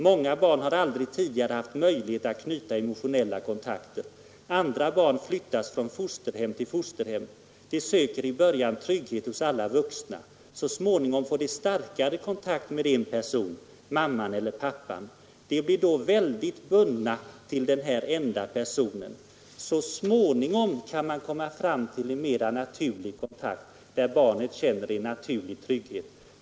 Många barn har aldrig tidigare haft möjlighet att knyta emotionella kontakter. Andra barn flyttas från fosterhem till fosterhem. De söker i början trygghet hos alla vuxna. Så småningom får de starkare kontakt med en person — mamman eller pappan. De blir då väldigt bundna till den här enda personen. Så småningom kan man komma fram till en mera naturlig kontakt där barnet känner en naturlig trygghet.